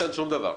שום דבר.